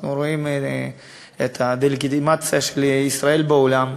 אנחנו רואים את הדה-לגיטימציה של ישראל בעולם.